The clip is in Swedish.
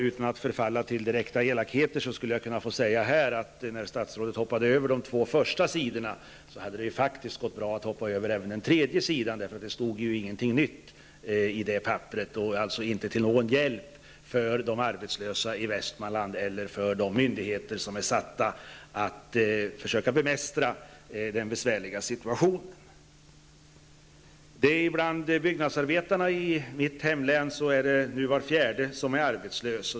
Utan att förfalla till direkta elakheter skulle jag kunna säga, att när statsrådet hoppade över de två första sidorna i sitt svar hade det faktiskt gått bra att hoppa över även den tredje sidan, eftersom det inte stod någonting nytt på det papperet. Det är alltså inte till någon hjälp för de arbetslösa i Västmanland eller de myndigheter som är satta att försöka bemästra den besvärliga situationen. Bland byggnadsarbetarna i mitt hemlän är nu var fjärde arbetslös.